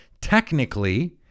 Technically